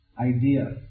idea